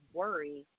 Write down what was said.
worry